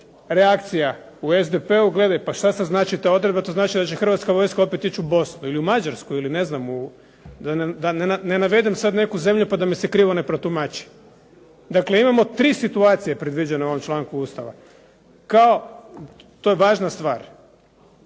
reakcija u SDP-u gledaj pa šta sad znači ta odredba, to znači da će Hrvatska vojska opet ići u Bosnu ili u Mađarsku ili ne znam u, da ne navedem sad neku zemlju pa da me se krivo ne protumači. Dakle imamo tri situacije predviđene u ovom članku Ustava. Kao, to je važna stvar,